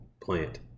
plant